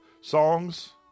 songs